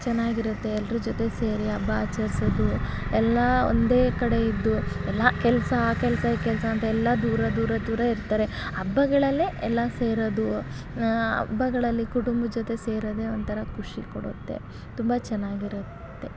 ಚೆನ್ನಾಗಿರುತ್ತೆ ಎಲ್ರ ಜೊತೆ ಸೇರಿ ಹಬ್ಬ ಆಚರ್ಸೋದು ಎಲ್ಲ ಒಂದೇ ಕಡೆ ಇದ್ದು ಎಲ್ಲ ಕೆಲಸ ಆ ಕೆಲಸ ಈ ಕೆಲಸ ಅಂತ ಎಲ್ಲ ದೂರ ದೂರ ದೂರ ಇರ್ತಾರೆ ಹಬ್ಬಗಳಲ್ಲೇ ಎಲ್ಲ ಸೇರೋದು ಹಬ್ಬಗಳಲ್ಲಿ ಕುಟುಂಬದ ಜೊತೆ ಸೇರೋದೆ ಒಂಥರ ಖುಷಿ ಕೊಡುತ್ತೆ ತುಂಬ ಚೆನ್ನಾಗಿರುತ್ತೆ